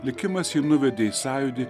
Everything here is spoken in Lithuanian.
likimas jį nuvedė į sąjūdį